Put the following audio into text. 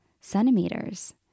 centimeters